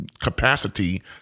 capacity